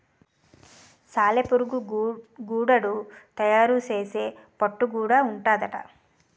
సాలెపురుగు గూడడు తయారు సేసే పట్టు గూడా ఉంటాదట